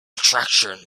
attraction